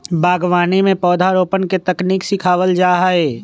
बागवानी में पौधरोपण के तकनीक सिखावल जा हई